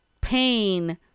pain